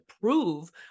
prove